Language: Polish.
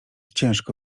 ciężko